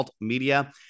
Media